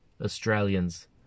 Australians